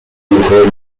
california